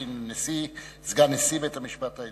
סגן נשיא בית-המשפט העליון,